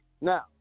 Now